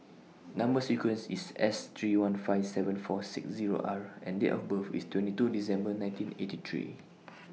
Number sequence IS S three one five seven four six Zero R and Date of birth IS twenty two December nineteen eighty three